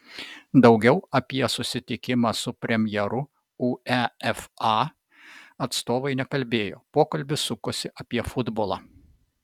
daugiau apie susitikimą su premjeru uefa atstovai nekalbėjo pokalbis sukosi apie futbolą